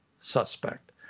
suspect